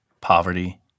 poverty